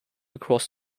across